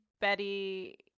Betty